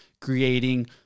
creating